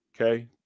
Okay